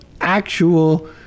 actual